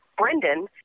Brendan